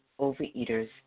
overeaters